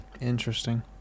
Interesting